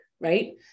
right